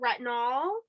retinol